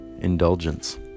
indulgence